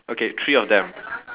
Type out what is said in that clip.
okay three of them